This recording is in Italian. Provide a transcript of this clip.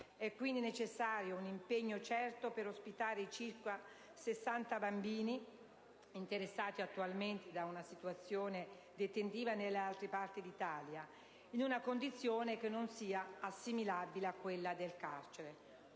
È quindi necessario un impegno certo per ospitare i circa 60 bambini, interessati attualmente da una situazione detentiva nelle altri parti d'Italia, in una condizione che non sia assimilabile a quella del carcere.